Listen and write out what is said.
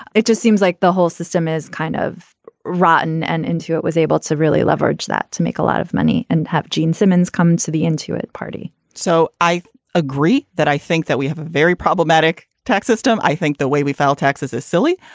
it just seems like the whole system is kind of rotten and into it was able to really leverage that to make a lot of money and have gene simmons come to the intuit party so i agree that i think that we have a very problematic tax system. i think the way we file taxes is silly.